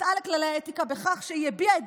חטאה לכללי האתיקה בכך שהיא הביעה את